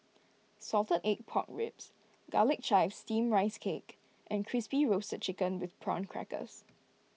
Salted Egg Pork Ribs Garlic Chives Steamed Rice Cake and Crispy Roasted Chicken with Prawn Crackers